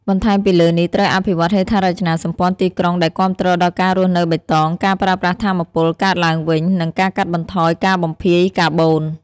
បន្ថែមពីលើនេះត្រូវអភិវឌ្ឍន៍ហេដ្ឋារចនាសម្ព័ន្ធទីក្រុងដែលគាំទ្រដល់ការរស់នៅបៃតង ការប្រើប្រាស់ថាមពលកកើតឡើងវិញ និងការកាត់បន្ថយការបំភាយកាបូន។